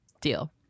Deal